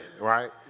right